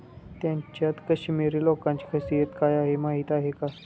त्यांच्यात काश्मिरी लोकांची खासियत काय आहे माहीत आहे का?